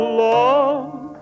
love